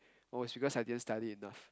oh is because I didn't study enough